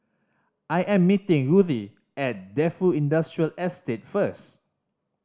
I am meeting Ruthie at Defu Industrial Estate first